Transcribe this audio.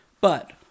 But-